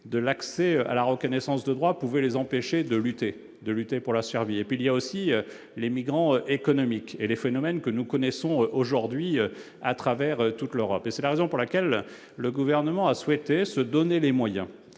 de l'accès à la reconnaissance de droits pouvait les empêcher de lutter de lutter pour la survie et puis il y a aussi les migrants économiques et les phénomènes que nous connaissons aujourd'hui à travers toute l'Europe et c'est la raison pour laquelle le gouvernement a souhaité se donner les moyens